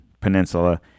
peninsula